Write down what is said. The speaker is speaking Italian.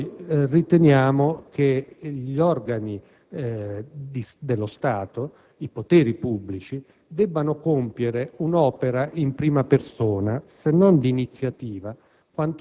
noi riteniamo che gli organi dello Stato, i poteri pubblici, debbano compiere un'opera in prima persona se non di iniziativa,